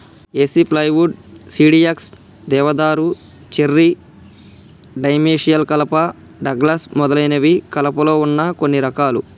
ఏసి plywood, CDX, దేవదారు, cherry, dimensional కలప, Douglas మొదలైనవి కలపలో వున్న కొన్ని రకాలు